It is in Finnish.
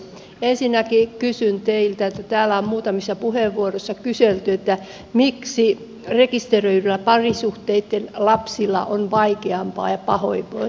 ensinnäkin kysyn teiltä kun täällä on muutamissa puheenvuoroissa kyselty miksi rekisteröityjen parisuhteitten lapsilla on vaikeampaa ja pahoinvointia